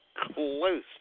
close